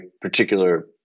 particular